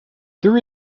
there